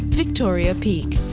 victoria peak.